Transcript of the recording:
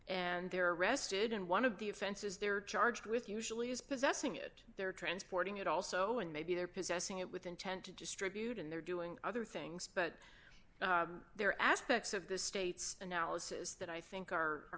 and they're arrested and one of the offenses they're charged with usually is possessing it they're transporting it also and maybe they're possessing it with intent to distribute and they're doing other things but there are aspects of the state's analysis that i think are